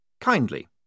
kindly